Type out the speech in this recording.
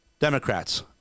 Democrats